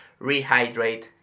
rehydrate